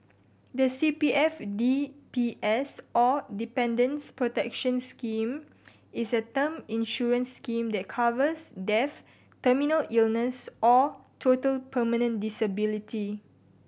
the C P F D P S or Dependants' Protection Scheme is a term insurance scheme that covers death terminal illness or total permanent disability